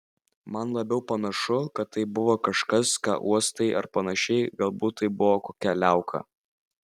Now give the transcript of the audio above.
man labiau panašu kad tai buvo kažkas ką uostai ar panašiai galbūt tai buvo kokia liauka